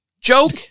joke